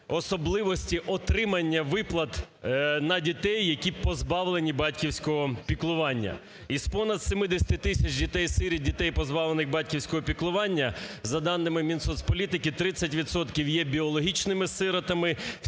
особливості отримання виплат на дітей, які позбавлені батьківського піклування. Із понад 70 тисяч дітей-сиріт, дітей, позбавлених батьківського піклування, за даними Мінсоцполітики, 30 відсотків є біологічними сиротами,